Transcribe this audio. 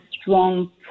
strong